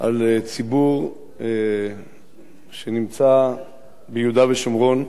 מעל ציבור שנמצא ביהודה ושומרון,